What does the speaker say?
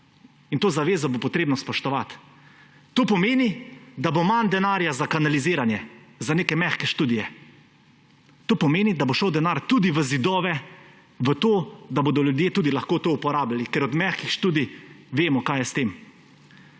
In to zavezo bo treba spoštovati. To pomeni, da bo manj denarja za kanaliziranje, za neke mehke študije. To pomeni, da bo šel denar tudi v zidove, v to, da bodo ljudje tudi lahko to uporabljali, ker od mehkih študij – vemo, kaj je s tem.